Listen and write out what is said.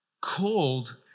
called